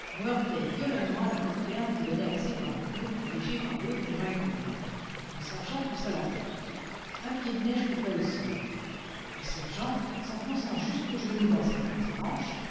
violemment à la poterne qui donnait accès dans la cour protégée par de hautes murailles de bois le sergent poussa la porte un pied de neige couvrait le sol le sergent s'enfonçant jusqu'aux genoux dans cette masse blanche